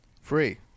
Free